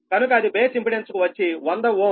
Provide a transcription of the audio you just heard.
కనుక అది base impedance కు వచ్చి 100Ω